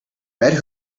red